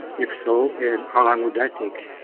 if so, and how long would that take?